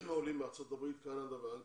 עולים מארצות הברית, קנדה ואנגליה.